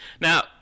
Now